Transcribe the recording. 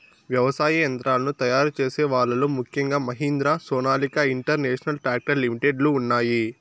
వ్యవసాయ యంత్రాలను తయారు చేసే వాళ్ళ లో ముఖ్యంగా Mahindra, Sonalika international tractor limited లు ఉన్నాయి